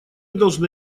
должны